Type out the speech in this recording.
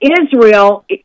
Israel